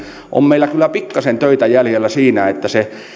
on meillä kyllä pikkasen töitä jäljellä